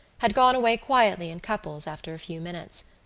had gone away quietly in couples after a few minutes.